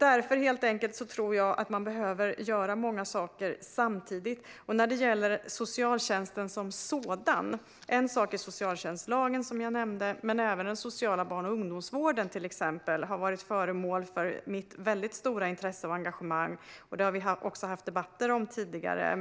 Jag tror helt enkelt att man behöver göra många saker samtidigt. När det gäller socialtjänsten som sådan är det en sak med socialtjänstlagen, som jag nämnde. Men även till exempel den sociala barn och ungdomsvården har varit föremål för mitt väldigt stora intresse och engagemang. Detta har vi också haft debatter om tidigare.